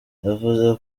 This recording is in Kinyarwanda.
yavuze